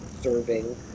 serving